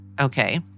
okay